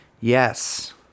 Yes